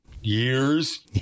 years